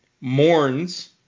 mourns